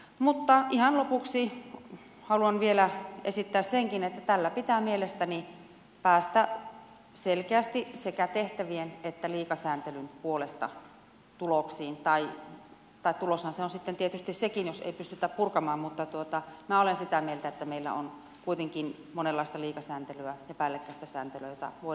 mutta ihan lopuksi haluan vielä esittää senkin että tällä pitää mielestäni päästä selkeästi sekä tehtävien että liikasääntelyn puolesta tuloksiin tai tuloshan se on sitten tietysti sekin jos ei pystytä purkamaan mutta minä olen sitä mieltä että meillä on kuitenkin monenlaista liikasääntelyä ja päällekkäistä sääntelyä jota voidaan karsia